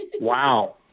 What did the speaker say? Wow